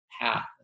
path